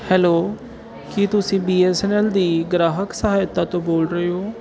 hello ਕੀ ਤੁਸੀਂ B S N L ਦੀ ਗ੍ਰਾਹਕ ਸਹਾਇਤਾ ਤੋਂ ਬੋਲ ਰਹੇ ਹੋ